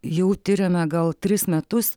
jau tiriame gal tris metus